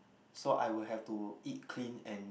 so I will have to eat clean and